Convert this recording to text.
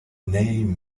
name